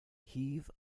heave